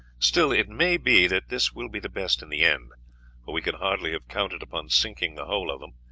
still, it may be that this will be the best in the end, for we could hardly have counted upon sinking the whole of them,